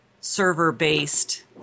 server-based